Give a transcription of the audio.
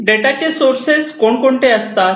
data चे sources कोणकोणते असतात